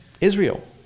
Israel